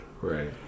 Right